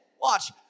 watch